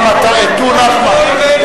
גם אתה, נחמן?